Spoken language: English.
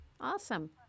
Awesome